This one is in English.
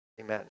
Amen